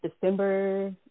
December